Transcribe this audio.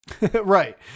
right